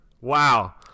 wow